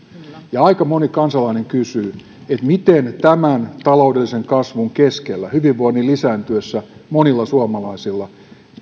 ja aika moni kansalainen kysyy miten taloudellisen kasvun keskellä hyvinvoinnin lisääntyessä monilta suomalaisilta